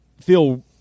feel